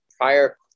prior